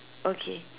okay